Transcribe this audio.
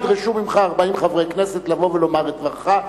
ידרשו ממך 40 חברי כנסת לבוא ולומר את דברך.